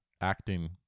acting